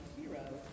Hero